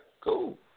cool